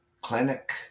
clinic